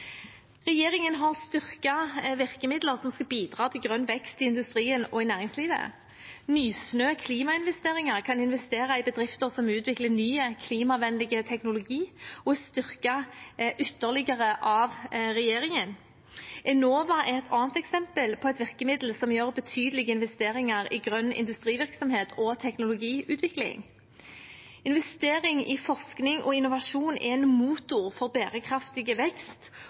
Regjeringen har styrket virkemidler som skal bidra til grønn vekst i industrien og i næringslivet. Nysnø Klimainvesteringer kan investere i bedrifter som utvikler ny, klimavennlig teknologi, og er styrket ytterligere av regjeringen. Enova er et annet eksempel på et virkemiddel som gjør betydelige investeringer i grønn industrivirksomhet og teknologiutvikling. Investering i forskning og innovasjon er en motor for bærekraftig vekst